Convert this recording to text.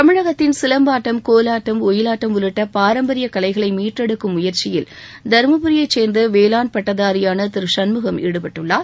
தமிழகத்தின் சிலம்பாட்டம் கோலாட்டம் ஒயிலாட்டம் உள்ளிட்ட பராம்பரிய கலைகளை மீட்டெடுக்கும் முயற்சியில் தருமபுரியைச் சேர்ந்த வேளாண் பட்டதாரியான திரு சண்முகம் ஈடுபட்டுள்ளார்